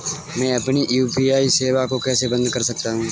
मैं अपनी यू.पी.आई सेवा को कैसे बंद कर सकता हूँ?